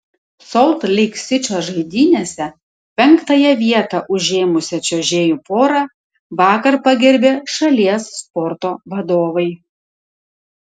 solt leik sičio žaidynėse penktąją vietą užėmusią čiuožėjų porą vakar pagerbė šalies sporto vadovai